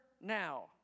now